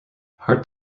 heart